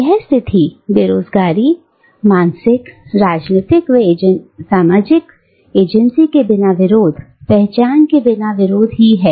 यह स्थिति बेरोजगारी सामाजिक या राजनीतिक एजेंसी के बिना विरोध पहचान के बिना विरोध की है